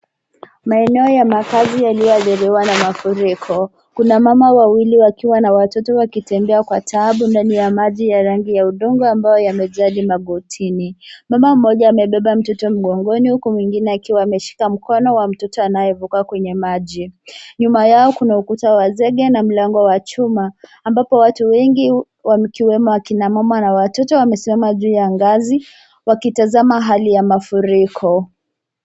Maeneo ya makazi yalio adhiriwa na mafuriko, kuna mama wawili wakiwa na watoto wakitembea kwa taabu ndani ya maji ya rangi ya udongo yamejaa maji magotini. Mama amebeba mtoto mgongoni huku mwingine akiwa ameshika mkono ya mtoto anayevuka maji. Nyuma kuna ukuta wa zege na mlango wa chuma ambapo watu wengi wakiwemo wamama na watoto wamesimama juu ya ngazi wakitazama hali ya mafuriko.